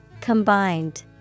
Combined